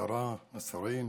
השרה, השרים,